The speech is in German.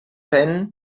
penh